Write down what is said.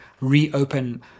reopen